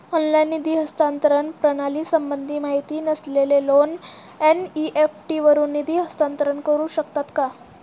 Online निधी हस्तांतरण प्रणालीसंबंधी माहिती नसलेले लोक एन.इ.एफ.टी वरून निधी हस्तांतरण करू शकतात का?